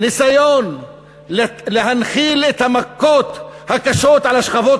ניסיון להנחית את המכות הקשות על השכבות